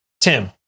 Tim